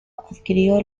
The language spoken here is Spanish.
adquirió